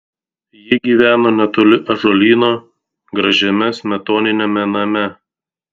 ji gyveno netoli ąžuolyno gražiame smetoniniame name